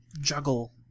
juggle